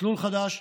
מסלול חדש.